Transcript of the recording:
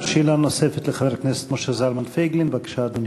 שאלה נוספת למשה זלמן פייגלין, בבקשה, אדוני.